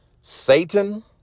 Satan